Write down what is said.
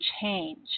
change